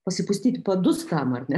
pasipustyti padus tam ar ne